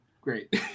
Great